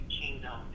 kingdom